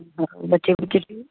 ਬੱਚੇ ਬੁੱਚੇ ਜੀ